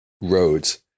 Roads